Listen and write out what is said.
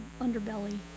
underbelly